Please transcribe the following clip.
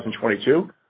2022